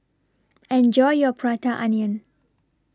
Enjoy your Prata Onion